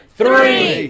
three